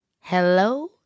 Hello